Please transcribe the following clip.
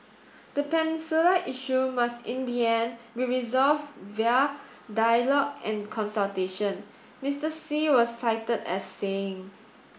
the peninsula issue must in the end be resolved via dialogue and consultation Mister Xi was cited as saying